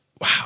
Wow